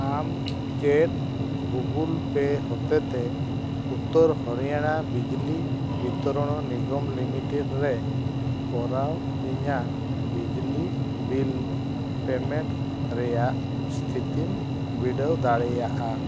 ᱟᱢ ᱪᱮᱫ ᱜᱩᱜᱚᱞ ᱯᱮ ᱦᱚᱛᱮᱡᱛᱮ ᱩᱛᱛᱚᱨ ᱦᱚᱨᱤᱭᱟᱱᱟ ᱵᱤᱡᱽᱞᱤ ᱵᱤᱛᱚᱨᱚᱱ ᱱᱤᱜᱚᱢ ᱞᱤᱢᱤᱴᱮᱰ ᱨᱮ ᱠᱚᱨᱟᱣ ᱤᱧᱟᱹᱜ ᱵᱤᱡᱽᱞᱤ ᱵᱤᱞ ᱯᱮᱢᱮᱱᱴ ᱨᱮᱱᱟᱜ ᱛᱷᱤᱛᱤᱢ ᱵᱤᱰᱟᱹᱣ ᱫᱟᱲᱮᱭᱟᱜᱼᱟ